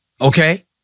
okay